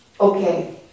okay